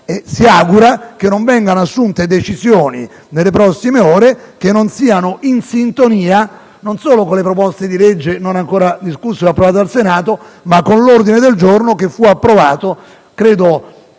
si augura che non vengano assunte decisioni nelle prossime ore che non siano in sintonia non solo con i disegni di legge non ancora approvati o discussi, ma con l'ordine del giorno che fu approvato, credo